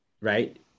right